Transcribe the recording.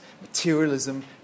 materialism